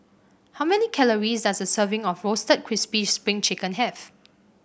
how many calories does a serving of Roasted Crispy Spring Chicken have